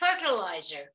fertilizer